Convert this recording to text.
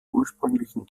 ursprünglichen